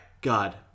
God